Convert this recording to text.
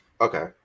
Okay